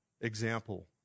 example